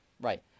Right